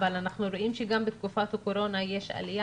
אבל אנחנו רואים שגם בתקופת הקורונה יש עליה,